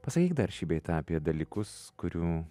pasakyk dar šį bei tą apie dalykus kurių